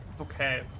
okay